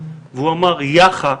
והוא אמר יאח"ה,